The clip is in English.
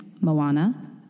Moana